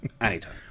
Anytime